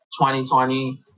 2020